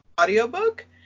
audiobook